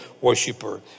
worshiper